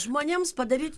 žmonėms padaryt